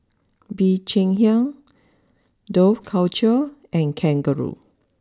Bee Cheng Hiang Dough culture and Kangaroo